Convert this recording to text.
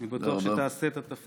אני בטוח שתעשה את התפקיד